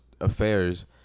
affairs